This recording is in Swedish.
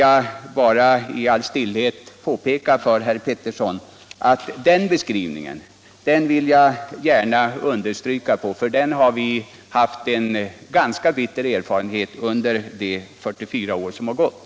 I all vänlighet vill jag påpeka för herr Pettersson att jag gärna skriver under på den beskrivningen, för vi har haft en ganska bitter erfarenhet härav under de 44 år som har gått.